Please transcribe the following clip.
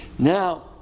Now